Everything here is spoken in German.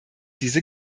diese